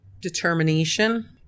Determination